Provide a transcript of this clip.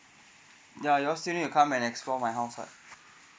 ya yours say you come and explore for my house right